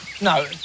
no